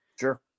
Sure